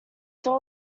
door